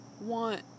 want